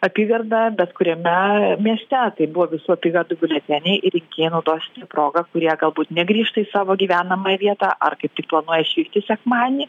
apygardą bet kuriame mieste tai buvo visų apygardų biuleteniai ir rinkėjai naudojos proga kurie galbūt negrįžta į savo gyvenamąją vietą ar kaip tik planuoja išvykti sekmadienį